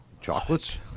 Chocolates